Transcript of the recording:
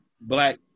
black